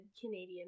Canadian